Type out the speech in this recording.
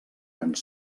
ens